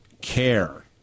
care